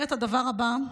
אומר את הדבר הבא,